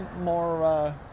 more